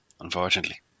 unfortunately